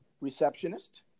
receptionist